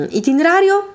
itinerario